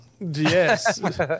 Yes